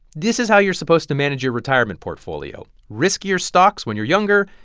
this is how you're supposed to manage your retirement portfolio riskier stocks when you're younger,